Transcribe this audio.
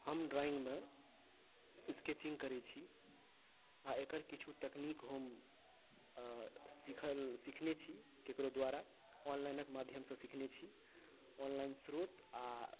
हम ड्राइंग मे स्केचिंग करै छी आ एकर किछु तकनीक हम सीखल सीखने छी केकरो द्वारा ऑनलाइन क माध्यमसँ सीखने छी ऑनलाइन स्रोत आ